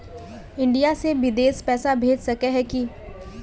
India से बिदेश पैसा भेज सके है की?